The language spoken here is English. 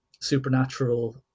supernatural